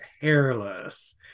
hairless